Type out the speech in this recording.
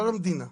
לא למדינה.